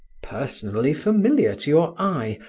personally familiar to your eye,